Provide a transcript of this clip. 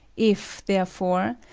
if, therefore,